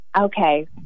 okay